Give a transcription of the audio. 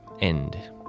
end